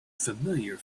familiar